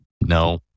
No